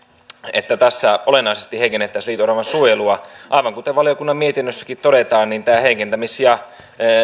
että tässä olennaisesti heikennettäisiin liito oravan suojelua aivan kuten valiokunnan mietinnössäkin todetaan tämä heikentämis ja